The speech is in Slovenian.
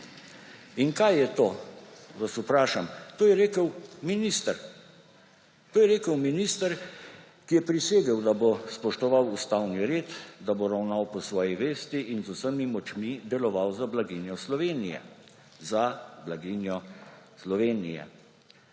Kaj je to, vas vprašam. To je rekel minister, ki je prisegel, da bo spoštoval ustavni red, da bo ravnal po svoji vesti in z vsemi močni deloval za blaginjo Slovenije.